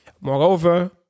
Moreover